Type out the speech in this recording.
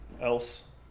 else